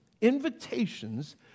invitations